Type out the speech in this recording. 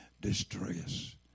distress